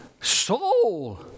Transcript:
soul